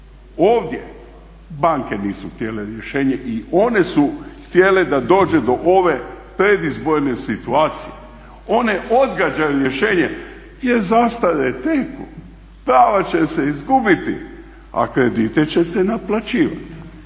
Ovdje banke nisu htjele rješenje i one su htjele da dođe do ove predizborne situacije one odgađaju rješenje jer zastare teku, prava će se izgubiti a kredite će se naplaćivati.